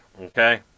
okay